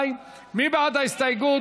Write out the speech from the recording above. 2, מי בעד ההסתייגות?